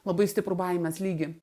labai stiprų baimės lygį